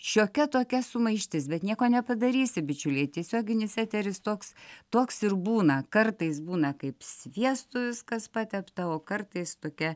šiokia tokia sumaištis bet nieko nepadarysi bičiuliai tiesioginis eteris toks toks ir būna kartais būna kaip sviestu viskas patepta o kartais tokia